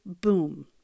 boom